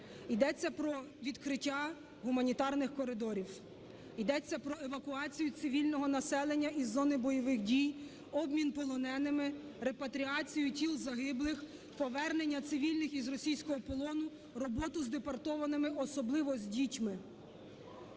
Йдеться про відкриття гуманітарних коридорів, йдеться про евакуацію цивільного населення із зони бойових дій, обмін полоненими, репатріацію тіл загиблих, повернення цивільних з російського полону, роботу з депортованими, особливо з дітьми.